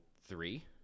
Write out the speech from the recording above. three